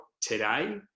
today